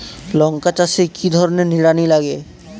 লঙ্কা চাষে কি ধরনের নিড়ানি লাগে?